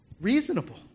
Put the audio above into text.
reasonable